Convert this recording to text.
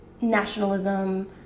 nationalism